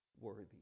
worthy